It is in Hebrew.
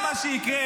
לא,